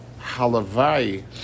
Halavai